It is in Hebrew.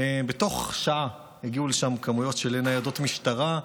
בתוך שעה הגיעו לשם כמויות של ניידות משטרה,